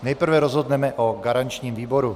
Nejprve rozhodneme o garančním výboru.